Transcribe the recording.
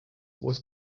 was